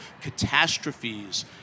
catastrophes